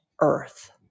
earth